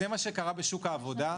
זה מה שקרה בשוק העבודה,